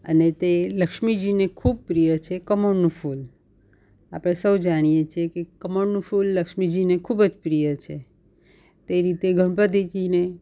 અને તે લક્ષ્મીજીને ખૂબ પ્રિય છે કમળનું ફૂલ આપણે સહુ જાણીએ છીએ કે કમળનું ફૂલ લક્ષ્મીજીને ખૂબ જ પ્રિય છે તે રીતે ગણપતિજીને